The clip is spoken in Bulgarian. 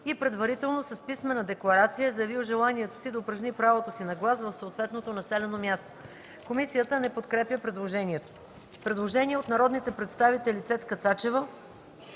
и предварително с писмена декларация е заявил желанието си да упражни правото си на глас в съответното населено място.” Комисията не подкрепя предложението. Предложение от народните представители Цецка Цачева,